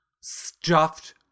Stuffed